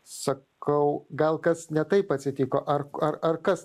sakau gal kas ne taip atsitiko ar ar kas